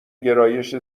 گرایش